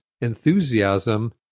enthusiasm